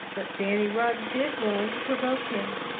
but danny rugg did wrong to provoke him.